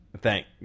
thank